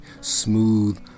smooth